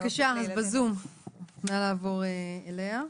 נא לעבור אליה בזום.